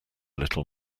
little